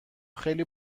خیلی